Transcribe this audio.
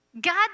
God